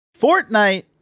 Fortnite